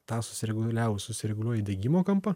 tą susireguliavus susireguliuoji degimo kampą